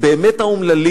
באמת אומללים,